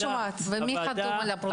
ומי חתום על הפרוטוקול?